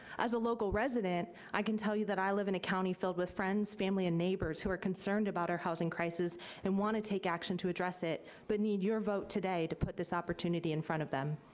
as a local resident, i can tell you that i live in a county filled with friends, family, and neighbors who are concerned about our housing crisis and want to take action to address it, but need your vote today to put this opportunity in front of them.